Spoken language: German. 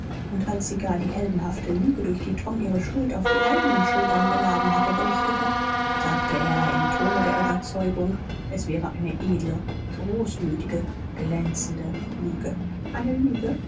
und als sie gar die heldenhafte lüge durch die tom ihre schuld auf die eigenen schultern geladen hatte berichtete sagte er im tone der überzeugung es wäre eine edle großmütige glänzende lüge eine lüge